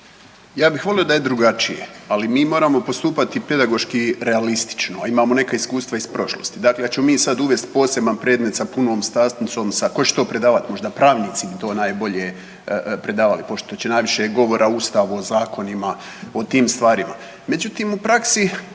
Ja bih volio da je drugačije. Ali mi moramo postupati pedagoški realistično, a imamo neka iskustva iz prošlosti. Dakle, da ćemo mi sada uvesti poseban predmet sa punom satnicom, tko će to predavati? Možda pravnici bi to najbolje predavali pošto će najviše govora o Ustavu, o zakonima o tim stvarima? Međutim, u praksi